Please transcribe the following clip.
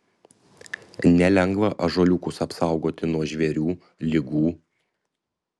nelengva ąžuoliukus apsaugoti nuo žvėrių ligų